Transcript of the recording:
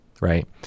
right